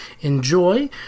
enjoy